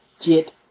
get